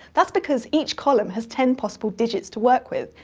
that's because each column has ten possible digits to work with,